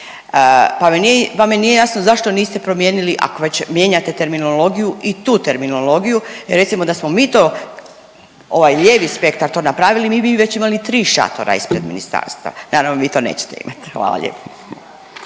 Pa mi nije jasno zašto niste promijenili, ako već mijenjate terminologiju i tu terminologiju. Recimo da smo mi to, ovaj lijevi spektar to napravili mi bi već imali 3 šatora ispred ministarstva, naravno vi to nećete imati. Hvala lijepo.